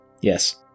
Yes